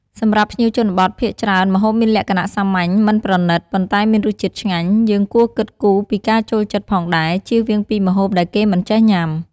សម្រាប់ភ្ញៀវជនបទភាគច្រើនម្ហូបមានលក្ខណៈសាមញ្ញមិនប្រណិត ប៉ុន្តែមានរសជាតិឆ្ងាញ់ យើងគួរគិតគូរពីការចូលចិត្តផងដែរ ជៀសវាងពីម្ហូបដែលគេមិនចេះញុាំ។